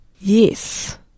Yes